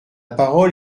parole